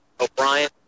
O'Brien